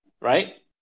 right